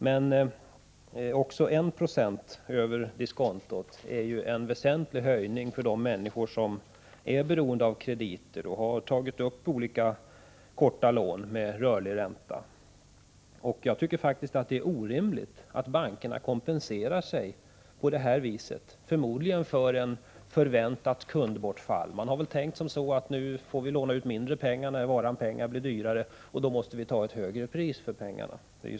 Men 1 96 över diskontot är ju en väsentlig höjning för de människor som är beroende av krediter och som har tagit upp korta lån med rörlig ränta. Jag tycker faktiskt att det är orimligt att bankerna kompenserar sig på det här sättet — förmodligen med tanke på ett förväntat kundbortfall. Man har väl tänkt att det blir mindre utlåning, då pengarna blir dyrare, varför det måste tas ut ett högre pris för pengarna.